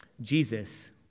Jesus